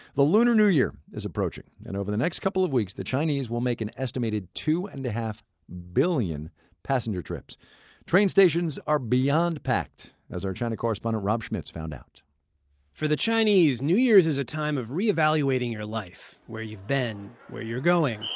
the lunar new year is approaching. and over the next couple of weeks, the chinese will make an estimated two and point five billion passenger trips train stations are beyond packed, as our china correspondent rob schmitz found out for the chinese, new year's is a time of re-evaluating your life where you've been, where you're going